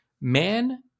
Man